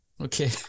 Okay